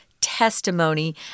testimony